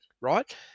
right